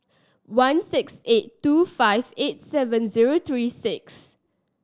one six eight two five eight seven zero three six